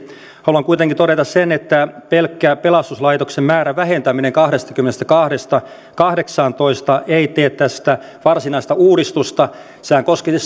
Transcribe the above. haluan kuitenkin todeta sen että pelkkä pelastuslaitosten määrän vähentäminen kahdestakymmenestäkahdesta kahdeksaantoista ei tee tästä varsinaista uudistusta sehän koskisi